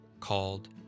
Called